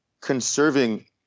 conserving